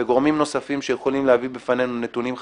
וגורמים נוספים שיכולים להביא בפנינו נתונים חשובים,